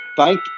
Thank